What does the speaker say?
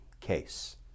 case